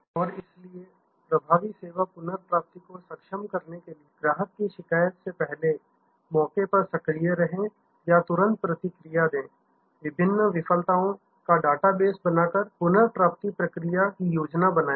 और इसलिए प्रभावी सेवा पुनर्प्राप्ति को सक्षम करने के लिए ग्राहक की शिकायत से पहले मौके पर सक्रिय रहें या तुरंत प्रतिक्रिया दें विभिन्न विफलताओं का डेटा बेस बनाकर पुनर्प्राप्ति प्रक्रिया की योजना बनाएं